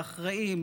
והאחראיים,